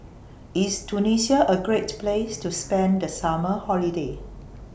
IS Tunisia A Great Place to spend The Summer Holiday